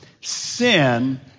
Sin